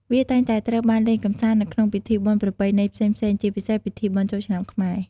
វាតែងតែត្រូវបានលេងកម្សាន្តនៅក្នុងពិធីបុណ្យប្រពៃណីផ្សេងៗ ជាពិសេសពិធីបុណ្យចូលឆ្នាំខ្មែរ។